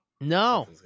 No